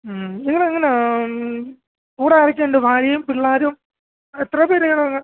നിങ്ങളെങ്ങനാണ് കൂടെ ആരൊക്കെയുണ്ട് ഭാര്യയും പിള്ളാരും എത്രപേർ കാണും